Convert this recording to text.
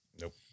Nope